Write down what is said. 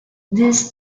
this